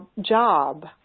job